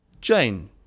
Jane